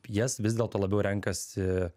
jas vis dėlto labiau renkasi